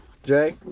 Jay